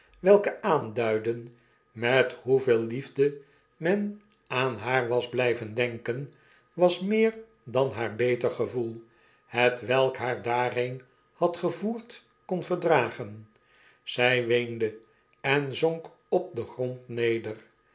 welke aanduidden met hoeveel liefde men aan haar was blyven denken was meer dan haar beter gevoel hetwelkhaar daarheen had gevoerd kon verdragen zy weende en zonk op den grond neder